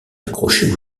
accrochée